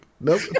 nope